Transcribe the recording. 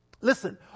Listen